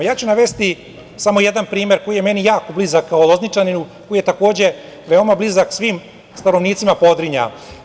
Navešću samo jedan primer koji je meni jako blizak kao Lozničaninu, koji je takođe veoma blizak svim stanovnicima Podrinja.